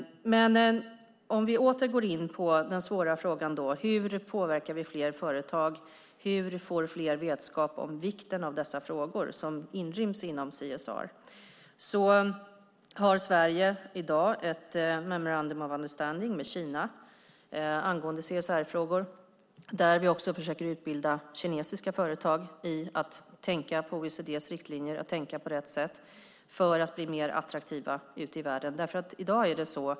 Låt oss åter gå in på den svåra frågan om hur vi påverkar fler företag och om hur de får vetskap om vikten av de frågor som inryms inom CSR. Sverige har i dag ett memorandum of understanding med Kina angående CSR-frågor där vi också försöker utbilda kinesiska företag i att tänka på OECD:s riktlinjer och att tänka på rätt sätt för att bli mer attraktiva ute i världen.